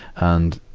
and,